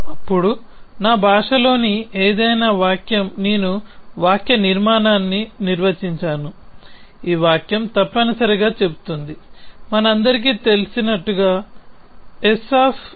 అప్పుడు నా భాషలోని ఏదైనా వాక్యం నేను వాక్యనిర్మాణాన్ని నిర్వచించాను ఈ వాక్యం తప్పనిసరిగా చెబుతుంది మనందరికీ తెలిసినట్లుగా SSS